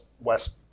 West